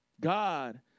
God